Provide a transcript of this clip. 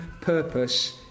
purpose